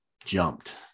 jumped